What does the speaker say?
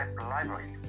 library